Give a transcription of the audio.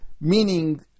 meaning